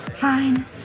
Fine